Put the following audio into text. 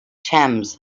thames